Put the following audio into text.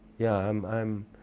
yeah um i'm.